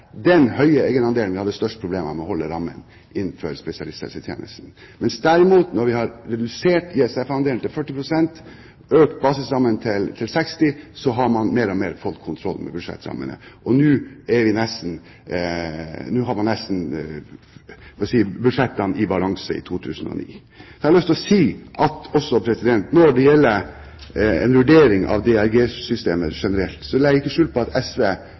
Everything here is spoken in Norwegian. den høye ISF-andelen, vi hadde størst problemer med å holde rammen innenfor spesialisthelsetjenesten. Mens derimot når vi har redusert ISF-andelen til 40 pst. og økt basisrammen til 60, så har man mer og mer fått kontroll med budsjettrammene, og nå har man budsjettene nesten i balanse i 2009. Så har jeg også lyst til å si at når det gjelder en vurdering av DRG-systemet generelt, legger jeg ikke skjul på at SV